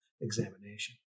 examination